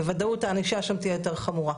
בוודאות הענישה שם תהיה יותר חמורה.